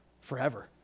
forever